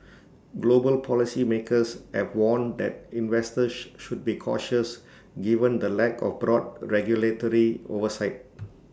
global policy makers have warned that investors should be cautious given the lack of broad regulatory oversight